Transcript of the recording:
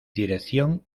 dirección